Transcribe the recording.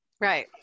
Right